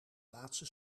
laatste